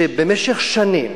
שבמשך שנים